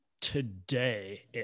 today